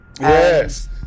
Yes